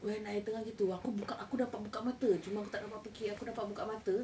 when I tengah itu aku buka aku dapat buka mata cuma aku tak dapat pekik aku dapat buka mata